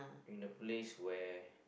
in a place where